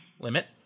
limit